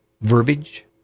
verbiage